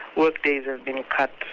workdays have been cut,